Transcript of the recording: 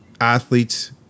athletes